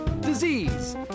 disease